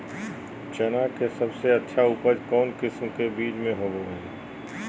चना के सबसे अच्छा उपज कौन किस्म के बीच में होबो हय?